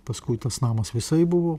paskui tas namas visai buvo